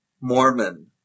Mormon